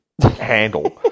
handle